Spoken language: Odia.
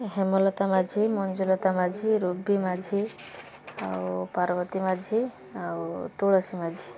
ହେମଲତା ମାଝି ମଞ୍ଜୁଲତା ମାଝି ରୁବି ମାଝି ଆଉ ପାର୍ବତୀ ମାଝି ଆଉ ତୁଳସୀ ମାଝି